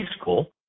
school